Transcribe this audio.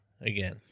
again